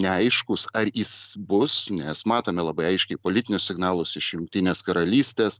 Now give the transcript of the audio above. neaiškus ar jis bus nes matome labai aiškiai politinis signalas iš jungtinės karalystės